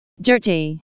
Dirty